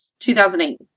2008